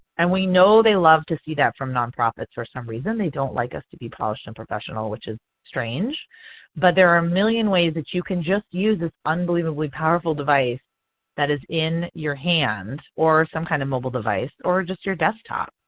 and we know they love to see that from nonprofits for some reason. they don't like us to be polished and professional which is strange but there are a million ways that you can just use an unbelievably powerful device that is in your hand or some kind of mobile device or just your desktop.